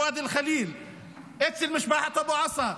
בוואדי אל-חליל אצל משפחת אבו עסא,